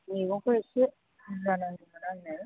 मैगंखौ एसे बुरजा नांगौमोन आंनो